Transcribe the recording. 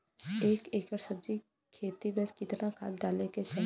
एक एकड़ सब्जी के खेती में कितना खाद डाले के चाही?